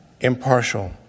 impartial